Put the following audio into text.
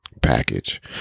package